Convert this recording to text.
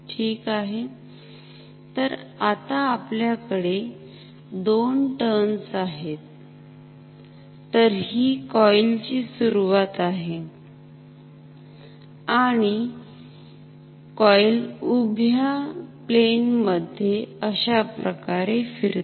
ठीक आहे तर आता आपल्याकडे 2 र्ट्न्स आहेत तर हि कॉईल ची सुरुवात आहे आणि कॉईल उभ्या प्लेन मध्ये अशा प्रकारे फिरते